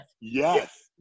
Yes